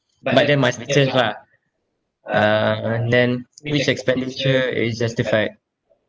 but then must change lah uh and then which expenditure is justified